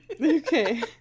Okay